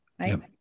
right